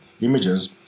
images